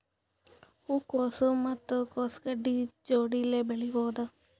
ಹೂ ಕೊಸು ಮತ್ ಕೊಸ ಗಡ್ಡಿ ಜೋಡಿಲ್ಲೆ ನೇಡಬಹ್ದ?